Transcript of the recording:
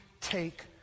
take